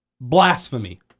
Blasphemy